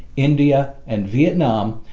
india and vietnam,